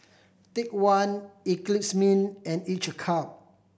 Take One Eclipse Mint and Each cup